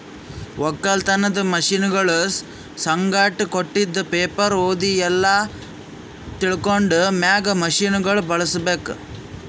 ಒಕ್ಕಲತನದ್ ಮಷೀನಗೊಳ್ ಸಂಗಟ್ ಕೊಟ್ಟಿದ್ ಪೇಪರ್ ಓದಿ ಎಲ್ಲಾ ತಿಳ್ಕೊಂಡ ಮ್ಯಾಗ್ ಮಷೀನಗೊಳ್ ಬಳುಸ್ ಬೇಕು